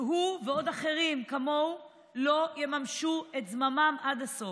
שהוא ועוד אחרים כמוהו לא יממשו את זממם עד הסוף.